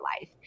life